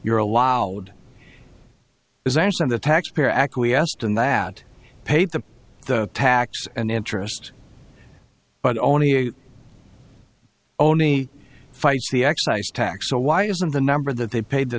you're allowed is there some the taxpayer acquiesced in that paid the tax and interest but only a only fight the excise tax so why isn't the number that they paid the